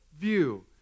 view